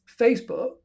Facebook